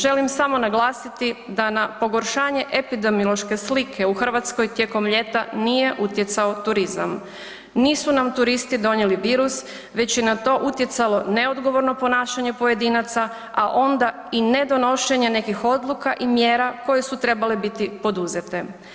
Želim samo naglasiti da na pogoršanje epidemiološke slike u Hrvatskoj tijekom ljeta nije utjecao turizam, nisu nam turisti donijeli virus već je na to utjecalo neodgovorno ponašanje pojedinaca, a onda i nedonošenje nekih odluka i mjera koje su trebale biti poduzete.